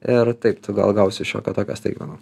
ir taip tu gal gausi šiokią tokią staigmeną